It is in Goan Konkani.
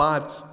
पांच